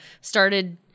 started